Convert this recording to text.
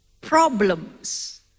problems